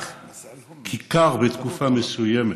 רק כי קר בתקופה מסוימת,